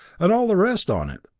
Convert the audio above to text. and all the rest on it.